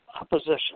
opposition